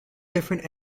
different